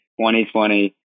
2020